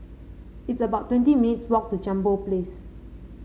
it's about twenty minutes' walk to Jambol Place